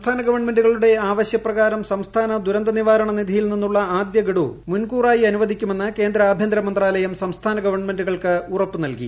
സംസ്ഥാന ഗവൺമെന്റുകളുടെആവശ്യപ്രകാരം സംസ്ഥാന ദുരന്ത നിവാരണ നിധിയിൽ നിന്നുള്ള ആദ്യഗഡു മുൻകൂറായി അനുവദിക്കുമെന്ന് കേന്ദ്ര ആഭ്യന്തര മന്ത്രാലയം സംസ്ഥാന ഗവൺമെന്റുകൾക്ക് ഉറപ്പ് നൽകി